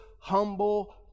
humble